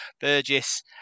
Burgess